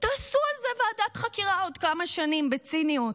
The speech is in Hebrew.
תעשו על זה ועדת חקירה בעוד כמה שנים, בציניות.